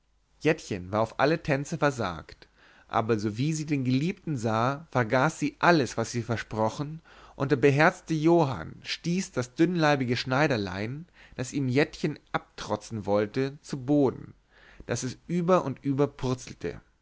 jettchen war auf alle tänze versagt aber sowie sie den geliebten sah vergaß sie alles was sie versprochen und der beherzte johann stieß das dünnleibige schneiderlein das ihm jettchen abtrotzen wollte zu boden daß es über und über purzelte